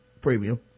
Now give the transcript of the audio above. premium